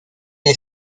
est